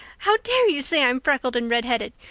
how dare you say i'm freckled and redheaded?